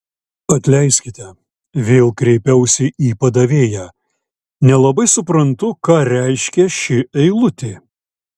atleiskite vėl kreipiausi į padavėją nelabai suprantu ką reiškia ši eilutė